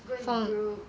go and group